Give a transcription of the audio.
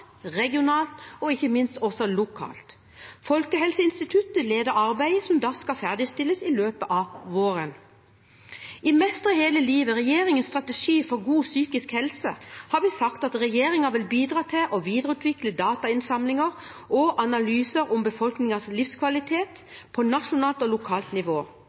regionalt og også lokalt. Folkehelseinstituttet leder arbeidet, som skal ferdigstilles i løpet av våren. I Mestre hele livet – regjeringens strategi for god psykisk helse – har vi sagt at regjeringen vil bidra til å videreutvikle datainnsamlinger og analyser om befolkningens livskvalitet på nasjonalt og lokalt nivå.